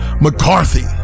McCarthy